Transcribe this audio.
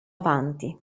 avanti